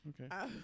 okay